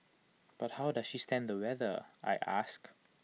but how does she stand the weather I ask